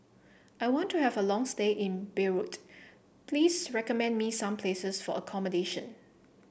I want to have a long stay in Beirut please recommend me some places for accommodation